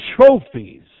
trophies